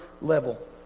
level